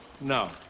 No